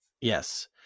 Yes